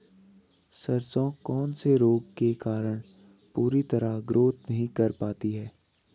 सरसों कौन से रोग के कारण पूरी तरह ग्रोथ नहीं कर पाती है?